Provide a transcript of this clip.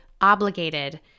obligated